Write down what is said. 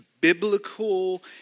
biblical